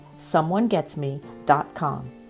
someonegetsme.com